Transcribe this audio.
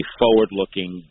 forward-looking